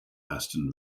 aston